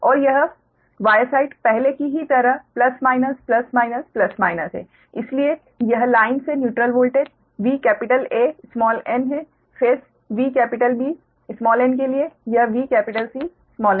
और यह Y -side पहले की ही तरह plus minus plus minus plus minus है इसलिए यह लाइन से न्यूट्रल वोल्टेज VAn है फेस VBn के लिए यह VCn है